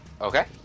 Okay